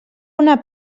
una